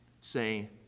say